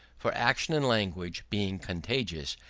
for action and language, being contagious,